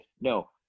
no